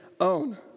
own